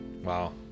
Wow